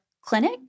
clinic